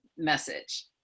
message